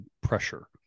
pressure